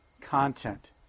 content